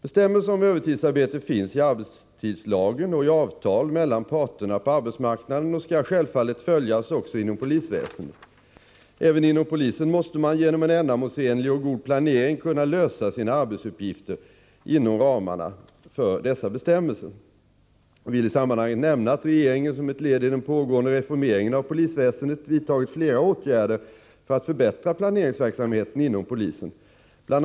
Bestämmelser om övertidsarbete finns i arbetstidslagen och i avtal mellan parterna på arbetsmarknaden och skall självfallet följas också inom polisväsendet. Även inom polisen måste man genom en ändamålsenlig och god planering kunna lösa sina arbetsuppgifter inom ramarna för dessa bestämmelser. Jag vill i sammanhanget nämna att regeringen som ett led i den pågående reformeringen av polisväsendet vidtagit flera åtgärder för att förbättra planeringsverksamheten inom polisen. Bl.